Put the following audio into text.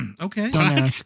okay